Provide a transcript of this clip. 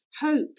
Hope